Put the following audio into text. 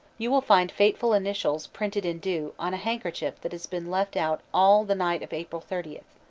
you will find fateful initials printed in dew on a handkerchief that has been left out all the night of april thirtieth.